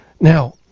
Now